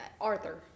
Arthur